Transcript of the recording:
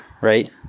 right